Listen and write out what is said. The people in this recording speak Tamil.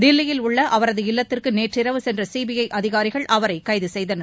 தில்லியில் உள்ள அவரது இல்லத்திற்கு நேற்றிரவு சென்ற சிபிஐ அதிகாரிகள் அவரை கைது செய்தனர்